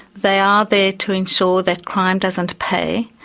they are there to ensure that crime doesn't pay,